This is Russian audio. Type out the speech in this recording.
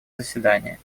заседания